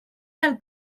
del